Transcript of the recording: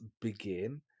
begin